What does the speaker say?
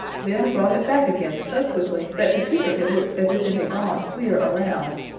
then brought it back again so quickly that to peter it looked as if it had gone clear around.